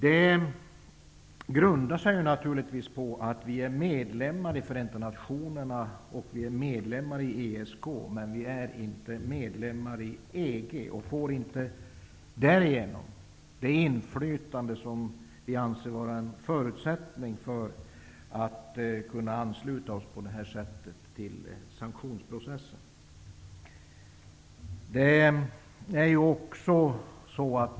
Det grundar sig naturligtvis på att vi är medlemmar i Förenta nationerna och i ESK men inte i EG, och vi får därigenom inte det inflytande som vi anser vara en förutsättning för att kunna ansluta oss till sanktionsprocessen på detta sätt.